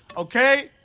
okay.